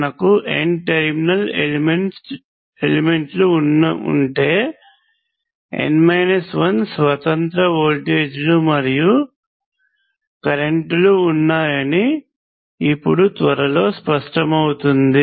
మనకు N terminal element లు ఉంటే N మైనస్ 1 స్వతంత్ర వోల్టేజీలు మరియు కరెంటులు ఉన్నాయని ఇప్పుడు త్వరలో స్పష్టమవుతుంది